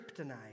kryptonite